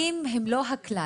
החריגים הם לא הכלל.